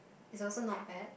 is also not bad